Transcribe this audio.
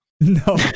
No